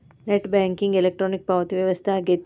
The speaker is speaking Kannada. ನೆಟ್ ಬ್ಯಾಂಕಿಂಗ್ ಇಲೆಕ್ಟ್ರಾನಿಕ್ ಪಾವತಿ ವ್ಯವಸ್ಥೆ ಆಗೆತಿ